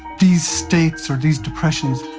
these states or these depressions,